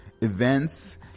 events